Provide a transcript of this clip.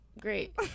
great